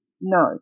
No